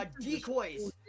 decoys